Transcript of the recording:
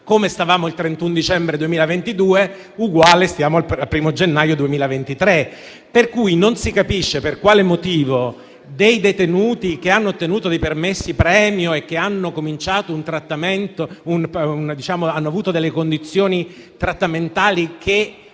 Come stavamo il 31 dicembre 2022, stiamo il 1° gennaio 2023. Non si capisce allora per quale motivo i detenuti che hanno ottenuto dei permessi premio e che hanno avuto delle condizioni trattamentali che